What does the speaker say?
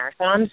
marathons